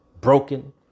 Broken